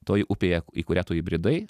toj upėje į kurią tu įbridai